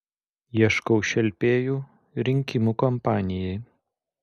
ieškau šelpėjų rinkimų kampanijai